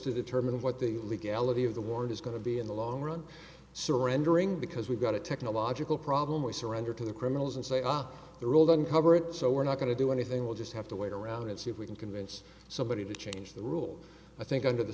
to determine what the legality of the warrant is going to be in the long run surrendering because we've got a technological problem we surrender to the criminals and say ah they're all done cover it so we're not going to do anything we'll just have to wait around and see if we can convince somebody to change the rules i think under the